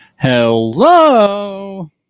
Hello